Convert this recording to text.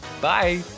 Bye